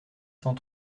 cent